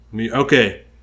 Okay